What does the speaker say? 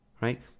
Right